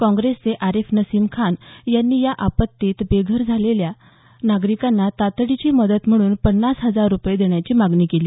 काँग्रेसचे आरेफ नसीम खान यांनी या आपत्तीत बेघर झालेल्या नागरिकांना तातडीची मदत म्हणून पन्नास हजार रुपये देण्याची मागणी केली